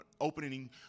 opening